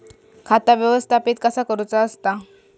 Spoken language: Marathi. खाता व्यवस्थापित कसा करुचा असता?